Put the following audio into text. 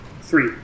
Three